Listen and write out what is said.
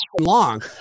long